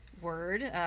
word